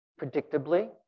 predictably